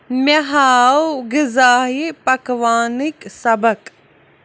مے ہاو غذاہہِ پَکاونٕکۍ سبق